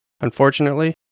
Unfortunately